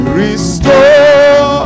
restore